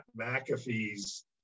mcafee's